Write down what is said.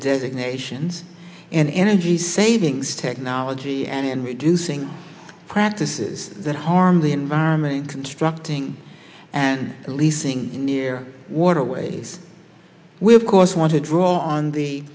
designations in energy savings technology and in reducing practices that harm the environment constructing and leasing near waterways with course want to draw on the